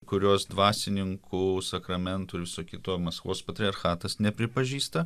kurios dvasininkų sakramentų ir viso kito maskvos patriarchatas nepripažįsta